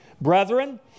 Brethren